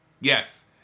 Yes